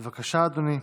בבקשה, אדוני,